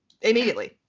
immediately